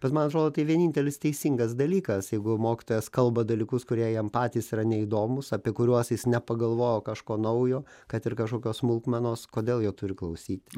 bet man atrodo tai vienintelis teisingas dalykas jeigu mokytojas kalba dalykus kurie jam patys yra neįdomūs apie kuriuos jis nepagalvojo kažko naujo kad ir kažkokios smulkmenos kodėl jo turi klausyti